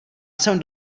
jsem